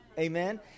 Amen